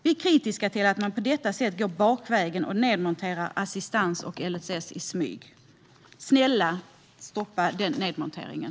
Vi är kritiska till att man på detta sätt går bakvägen och nedmonterar assistans och LSS i smyg. Snälla, stoppa nedmonteringen!